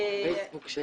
בפייסבוק.